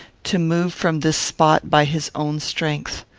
to move from this spot by his own strength.